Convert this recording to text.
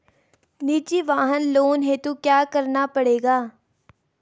निजी वाहन लोन हेतु क्या करना पड़ेगा?